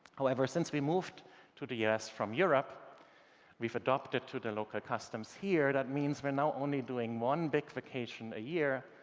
however, since we moved to the u s. from europe we've adopted to the local customs here. that means we're now only doing one big vacation a year,